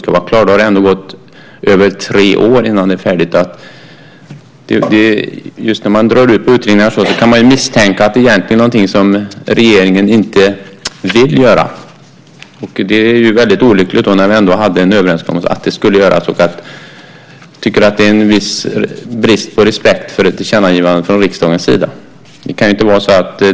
Då har det ändå gått över tre år innan det är färdigt. När man drar ut på tiden med utredningar kan man misstänka att det egentligen är någonting som regeringen inte vill göra. Det är väldigt olyckligt. Vi hade ändå en överenskommelse att det skulle göras. Det är en viss brist på respekt för ett tillkännagivande från riksdagen.